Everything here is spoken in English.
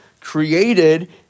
created